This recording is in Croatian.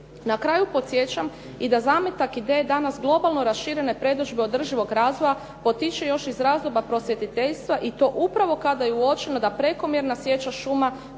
Na kraju podsjećam i da zametak ideje danas globalno raširene predodžbe održivog razvoja potiče još iz razdoblja prosvjetiteljstva i to upravo kada je uočeno da prekomjerna sječa šuma